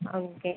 ஆ okay